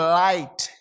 light